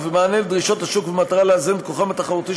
ובמענה לדרישות השוק ובמטרה לאזן את כוחם התחרותי